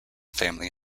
family